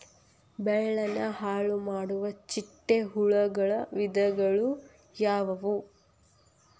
ಬೆಳೆನ ಹಾಳುಮಾಡುವ ಚಿಟ್ಟೆ ಹುಳುಗಳ ವಿಧಗಳು ಯಾವವು?